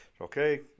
Okay